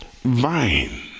Vine